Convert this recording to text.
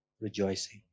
rejoicing